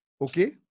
Okay